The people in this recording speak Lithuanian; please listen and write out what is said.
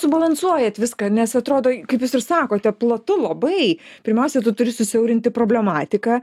subalansuojat viską nes atrodo kaip jūs ir sakote platu labai pirmiausiai tu turi susiaurinti problematiką